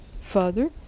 Father